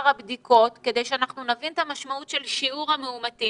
כדי שאנחנו נבין את המשמעות של שיעור המאומתים